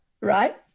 right